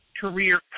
career